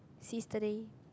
seize the day